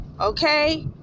okay